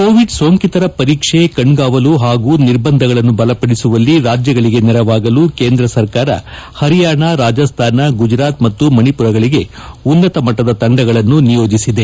Covid ಸೋಂಕಿಂತರ ಪರೀಕ್ಷೆ ಕಣ್ಗಾವಲು ಹಾಗೂ ನಿರ್ಬಂಧಗಳನ್ನು ಬಲಪಡಿಸುವಲ್ಲಿ ರಾಜ್ಯಗಳಿಗೆ ನೆರವಾಗಲು ಕೇಂದ್ರ ಸರ್ಕಾರ ಪರಿಯಾಣ ರಾಜಸ್ಥಾನ ಗುಜರಾತ್ ಹಾಗೂ ಮಣಿಪುರಗಳಿಗೆ ಉನ್ನತಮಟ್ಟದ ತಂಡಗಳನ್ನು ನಿಯೋಜಿಸಿದೆ